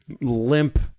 limp